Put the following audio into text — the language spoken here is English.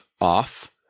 off